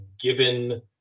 given